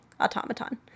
automaton